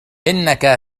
إنك